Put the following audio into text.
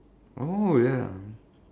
oh ya